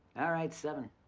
all right, seven.